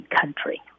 country